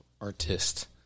artist